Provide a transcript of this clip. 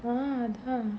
அதா:adhaa